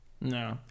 No